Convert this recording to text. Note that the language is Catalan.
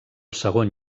segon